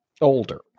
older